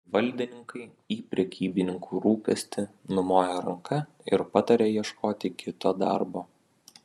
valdininkai į prekybininkų rūpestį numoja ranka ir pataria ieškoti kito darbo